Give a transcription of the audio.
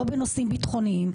לא בנושאים ביטחוניים,